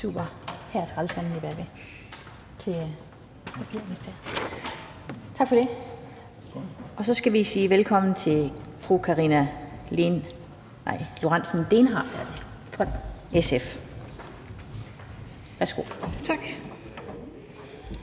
Skaarup. Og så skal vi sige velkommen til fru Karina Lorentzen Dehnhardt fra SF. Værsgo. Kl.